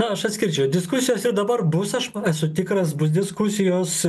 na aš atskirčiau diskusijos ir dabar bus aš ma esu tikras bus diskusijos